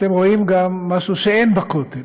אתם רואים גם משהו שאין בכותל.